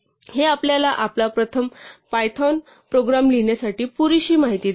हे आपल्याला आमचा पहिला पायथन प्रोग्राम लिहिण्यासाठी पुरेशी माहिती देते